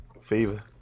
Fever